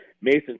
Mason